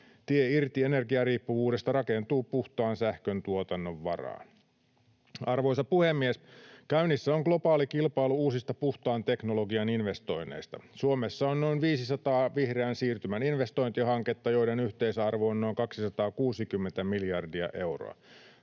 Tie irti energiariippuvuudesta rakentuu puhtaan sähköntuotannon varaan. Arvoisa puhemies! Käynnissä on globaali kilpailu uusista puhtaan teknologian investoinneista. Suomessa on noin 500 vihreän siirtymän investointihanketta, joiden yhteisarvo on noin 260 miljardia euroa.